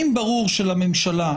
אם ברור שלממשלה,